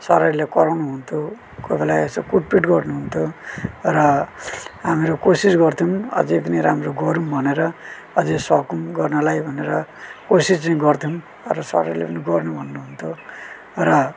सरहरूले कराउनु हुन्थ्यो कोही बेला यसो कुटपिट गर्नुहुन्थ्यो र हामीहरू कोसिस गर्थ्यौँ अझौ पनि राम्रो गरौँ भनेर अझै सकौँ गर्नलाई भनेर कोसिस चाहिँ गर्थ्यौँ र सरहरूले पनि गर्नु भन्नुहुन्थ्यो र